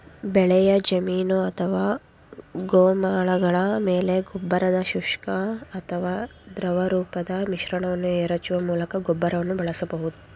ಬೆಳೆಯ ಜಮೀನು ಅಥವಾ ಗೋಮಾಳಗಳ ಮೇಲೆ ಗೊಬ್ಬರದ ಶುಷ್ಕ ಅಥವಾ ದ್ರವರೂಪದ ಮಿಶ್ರಣವನ್ನು ಎರಚುವ ಮೂಲಕ ಗೊಬ್ಬರವನ್ನು ಬಳಸಬಹುದು